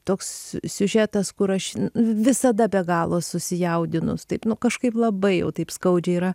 toks siu siužetas kur aš visada be galo susijaudinus taip nu kažkaip labai jau taip skaudžiai yra